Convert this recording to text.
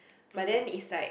but then is like